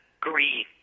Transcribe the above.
Green